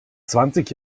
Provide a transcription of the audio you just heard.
zwanzig